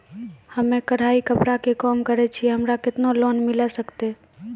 हम्मे कढ़ाई कपड़ा के काम करे छियै, हमरा केतना लोन मिले सकते?